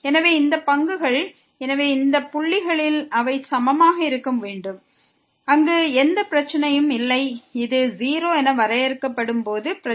எனவே இந்த பங்குகள் எனவே இந்த புள்ளிகளில் அவை சமமாக இருக்க வேண்டும் அங்கு எந்த பிரச்சனையும் இல்லை இது 0 என வரையறுக்கப்படும் போது பிரச்சனை இருக்கும்